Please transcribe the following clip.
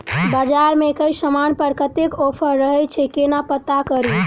बजार मे केँ समान पर कत्ते ऑफर रहय छै केना पत्ता कड़ी?